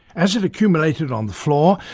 as it accumulated on the floor,